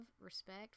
respect